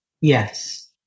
Yes